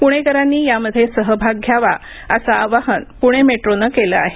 पुणेकरांनी यामध्ये सहभाग घ्यावा असं आवाहन पुणे मेट्रोनं केलं आहे